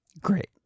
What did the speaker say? Great